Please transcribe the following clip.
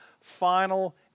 final